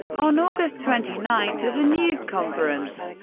on august twenty nine, at a news conference,